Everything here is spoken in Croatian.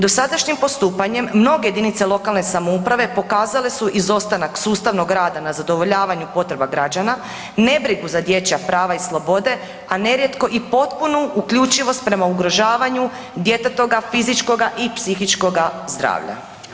Dosadašnjim postupanjem mnoge jedinice lokalne samouprave pokazale su izostanak sustavnog rada na zadovoljavanju potreba građana, nebrigu za dječja prava i slobode, a nerijetko i potpunu uključivost prema ugrožavanju djetetova fizičkoga i psihičkoga zdravlja.